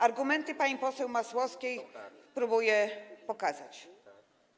Argumenty pani poseł Masłowskiej próbuję pokazać.